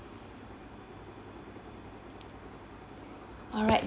alright